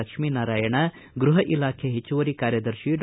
ಲಕ್ಷ್ಮೀ ನಾರಾಯಣ ಗೃಹ ಇಲಾಖೆ ಹೆಚ್ಚುವರಿ ಕಾರ್ಯದರ್ಶಿ ಡಾ